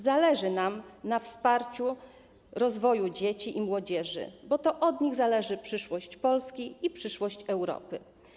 Zależy nam na wsparciu rozwoju dzieci i młodzieży, bo to od nich zależy przyszłość Polski i przyszłość Europy.